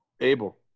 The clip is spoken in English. Abel